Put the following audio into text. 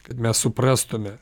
kad mes suprastume